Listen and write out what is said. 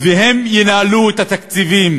והם ינהלו את התקציבים,